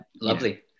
lovely